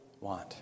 want